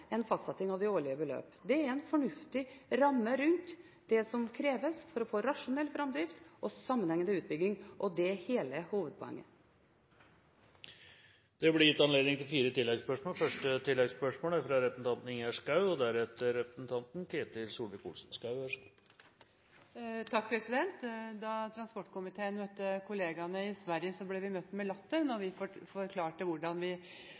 en fastsetting av de årlige beløp. Det er en fornuftig ramme rundt det som kreves for å få rasjonell framdrift og sammenhengende utbygging, og det er hele hovedpoenget. Det blir gitt anledning til fire oppfølgingsspørsmål – først Ingjerd Schou. Da transportkomiteen møtte kollegaene i Sverige, ble vi møtt med latter da vi forklarte hvordan vi hadde en klattvis utbygging av veinettet i Norge. Svenskene sa at det ikke var noe rart at vi